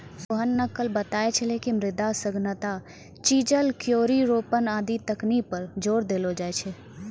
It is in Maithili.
सोहन न कल बताय छेलै कि मृदा सघनता, चिजल, क्यारी रोपन आदि तकनीक पर जोर देलो जाय छै